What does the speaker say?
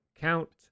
count